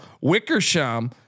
Wickersham